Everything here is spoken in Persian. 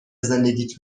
زندگیت